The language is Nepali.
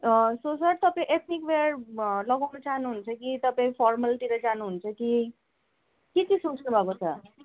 सो सर तपाईँले एथ्निक वेयर लगाउन चाहनुहुन्छ कि तपाईँ फोर्मलतिर जानुहुन्छ कि के चाहिँ सोच्नुभएको छ